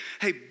hey